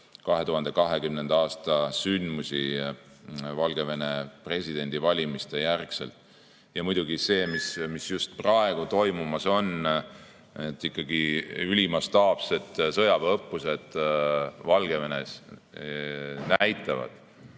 2020. aasta sündmusi Valgevene presidendivalimiste järel. Muidugi see, mis just praegu toimumas on, need ikkagi ülimastaapsed sõjaväeõppused Valgevenes ja